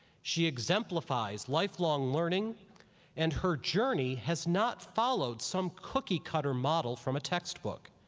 she exemplifies lifelong learning and her journey has not followed some cookie cutter model from a textbook.